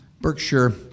Berkshire